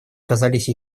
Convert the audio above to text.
казались